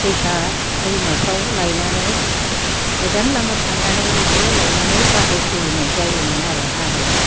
दैसा दैमाफ्राव लायनानै गोजान लामा थांनानैबो लायनानै बाहायफैनाय जायोमोन आरो हाबायाव